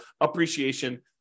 appreciation